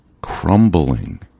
crumbling